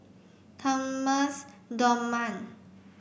Thomas Dunman